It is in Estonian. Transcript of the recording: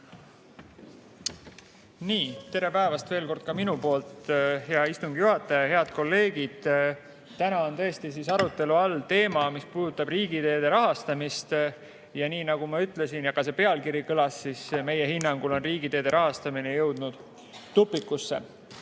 Tere päevast veel kord ka minu poolt! Hea istungi juhataja! Head kolleegid! Täna on tõesti arutelu all teema, mis puudutab riigiteede rahastamist. Nii nagu ma ütlesin ja nagu ka see pealkiri kõlas, meie hinnangul on riigiteede rahastamine jõudnud tupikusse. Riigikogu